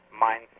mindset